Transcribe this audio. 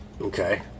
okay